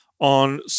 on